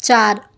چار